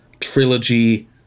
trilogy